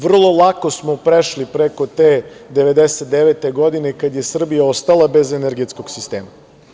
Vrlo lako smo prešli preko te 1999. godine, kada je Srbija ostala bez energetskog sistema.